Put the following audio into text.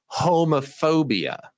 homophobia